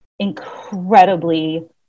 incredibly